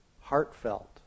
heartfelt